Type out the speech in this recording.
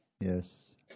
Yes